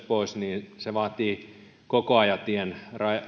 pois niin se vaatii kokoajatien